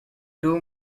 two